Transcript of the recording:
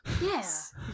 Yes